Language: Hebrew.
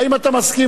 האם אתה מסכים